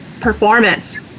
performance